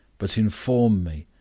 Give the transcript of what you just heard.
but inform me,